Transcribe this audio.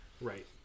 Right